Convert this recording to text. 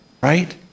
Right